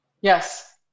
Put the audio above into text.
yes